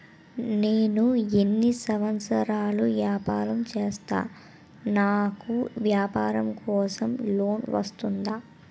నేను ఎన్ని సంవత్సరాలు వ్యాపారం చేస్తే నాకు వ్యాపారం కోసం లోన్ వస్తుంది?